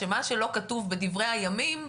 שמה שלא כתוב בדברי הימים,